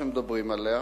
שמדברים עליה,